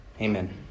Amen